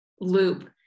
loop